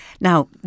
Now